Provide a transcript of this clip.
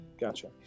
Gotcha